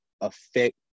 affect